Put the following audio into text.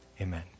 Amen